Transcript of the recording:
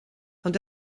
ond